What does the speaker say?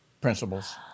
principles